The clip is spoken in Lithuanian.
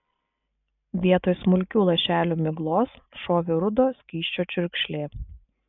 vietoj smulkių lašelių miglos šovė rudo skysčio čiurkšlė